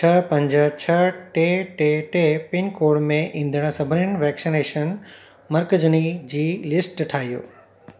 छह पंज छह टे टे टे पिनकोड में ईंदड़ु सभिनी वैक्सनेशन मर्कज़नि जी लिस्ट ठाहियो